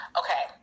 okay